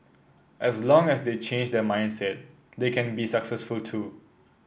as long as they change their mindset they can be successful too